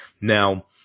Now